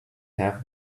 have